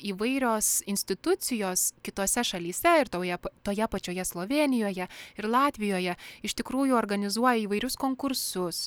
įvairios institucijos kitose šalyse ir toje toje pačioje slovėnijoje ir latvijoje iš tikrųjų organizuoja įvairius konkursus